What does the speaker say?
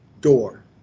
door